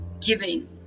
giving